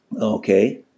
Okay